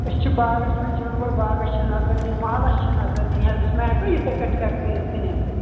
أسۍ چھِ باغس منز یُن گۄڈٕ باغس چھِ نظر دِنۍ مالس چھِ نظر دنۍ حظ ٲسۍ ما ہیٚکو یتھٕے پٲٹھۍ ٹھیٚکہٕ کٔرتھ تہِ نِتھ حظ